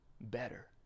better